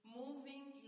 moving